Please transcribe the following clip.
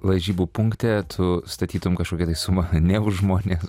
lažybų punkte tu statytum kažkokią tai sumą ne už žmones